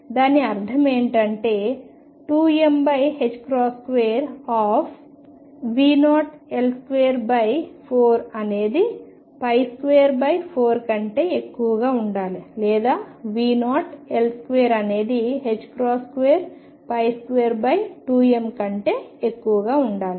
దాని అర్థం ఏమిటంటే 2m2 V0L24 అనేది 24 కంటే ఎక్కువగా ఉండాలి లేదా V0L2 అనేది 222m కంటే ఎక్కువగా ఉండాలి